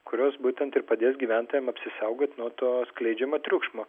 kurios būtent ir padės gyventojam apsisaugot nuo to skleidžiamo triukšmo